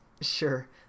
Sure